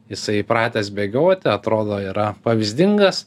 jisai įpratęs bėgioti atrodo yra pavyzdingas